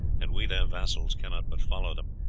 and we their vassals cannot but follow them,